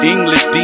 English